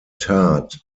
tat